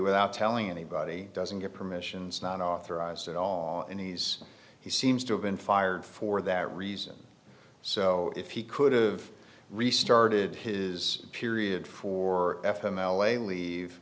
without telling anybody doesn't get permissions not authorized at all and he's he seems to have been fired for that reason so if he could've restarted his period for f m l a leave